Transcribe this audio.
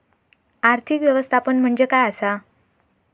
आर्थिक व्यवस्थापन म्हणजे काय असा?